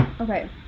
okay